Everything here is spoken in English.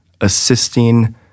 assisting